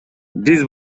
биз